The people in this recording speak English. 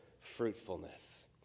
fruitfulness